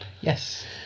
Yes